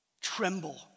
Tremble